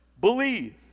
believe